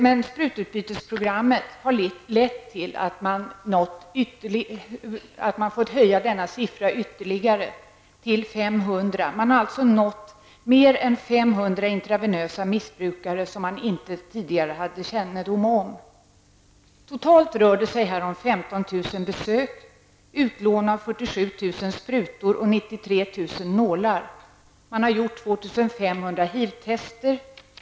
Men sprututbytesprogrammet har lett till att man har fått höja detta antal ytterligare, till 500. Man har alltså nått mer än 500 personer med intravenöst missbruk, som man inte tidigare hade kännedom om. Totalt rör det sig om 15 000 besök samt utlån av 47 000 sprutor och 93 000 nålar. Man har gjort 2 500 HIV-tester.